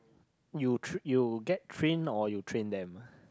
you tr~ you get trained or you train them